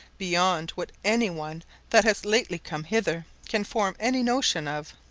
beyond what any one that has lately come hither can form any notion of.